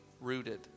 rooted